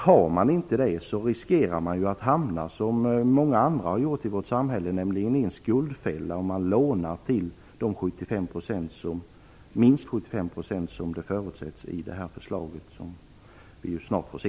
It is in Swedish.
Om inte så finns risken att man, som många andra i vårt samhälle har gjort, hamnar i en skuldfälla om man lånar till de minst 75 procent som förutsätts i det förslag som vi snart får se.